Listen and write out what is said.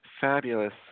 fabulous